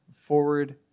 forward